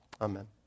Amen